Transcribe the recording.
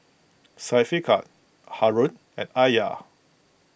Syafiqah Haron and Alya